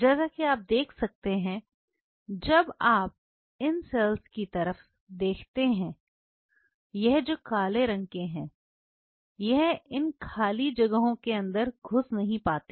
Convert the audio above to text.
जैसा कि आप देख सकते हैं जब आप इन सेल्स की तरफ देखते हैं यह जो काले रंग के हैं यह इन खाली जगहों के अंदर घुस नहीं पाते